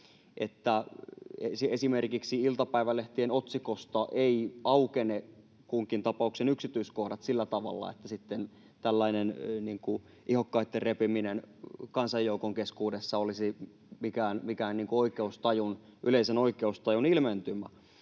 esimerkiksi iltapäivälehtien otsikoista eivät aukene kunkin tapauksen yksityiskohdat sillä tavalla, että sitten tällainen ihokkaitten repiminen kansanjoukon keskuudessa olisi mikään yleisen oikeustajun ilmentymä.